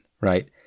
right